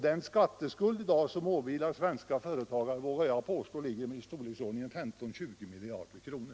Den skatteskuld som i dag åvilar svenska företagare vågar jag påstå ligger i storleksordningen 15-20 miljarder kronor.